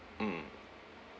mm